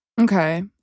Okay